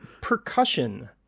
percussion